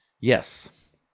yes